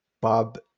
Bob